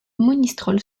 monistrol